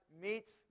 meets